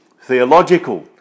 theological